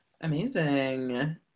amazing